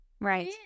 Right